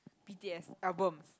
B_T_S album